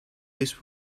this